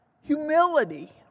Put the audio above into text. humility